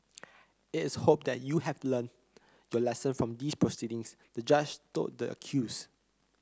it is hoped that you have learnt your lesson from these proceedings the Judge told the accused